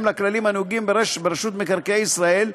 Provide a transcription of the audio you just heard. לכללים הנהוגים ברשות מקרקעי ישראל,